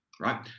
right